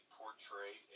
portray